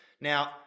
Now